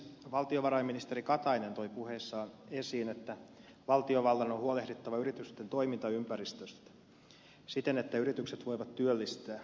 valtionvarainministeri katainen toi puheessaan esiin että valtiovallan on huolehdittava yritysten toimintaympäristöstä siten että yritykset voivat työllistää